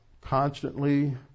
constantly